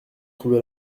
trouvé